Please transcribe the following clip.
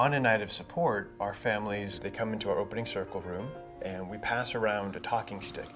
on a night of support our families they come into our opening circle here and we pass around a talking stick